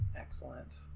excellent